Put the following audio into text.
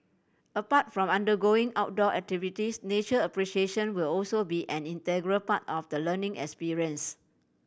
apart from undergoing outdoor activities nature appreciation will also be an integral part of the learning experience